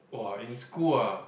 [wah] in school uh